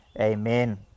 amen